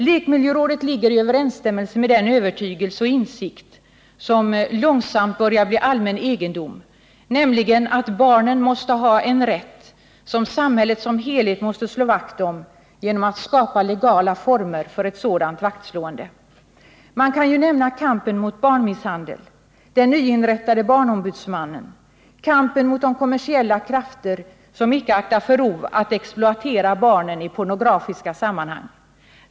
Lekmiljörådets inställning står i överensstämmelse med den övertygelse och insikt som långsamt börjar bli allmän egendom, nämligen att barnen skall ha en rätt som samhället som helhet måste slå vakt om och skapa legala former för. Man kan nämna kampen mot barnmisshandel, den nyinrättade barnombudsmannen, kampen mot de kommersiella krafter som icke aktar för rov att exploatera barnen i pornografiska sammanhang.